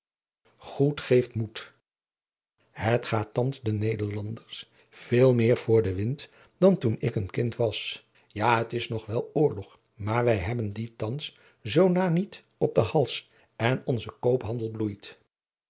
goed geeft moed het gaat thans den nederlanders veel meer voor den wind dan toen ik een kind was ja het is nog wel oorlog maar wij hebben dien thans zoo na niet op den hals en onze koophandel bloeit